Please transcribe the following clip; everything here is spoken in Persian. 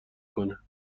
کنه